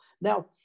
Now